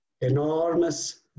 Enormous